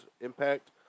impact